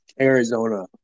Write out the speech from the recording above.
Arizona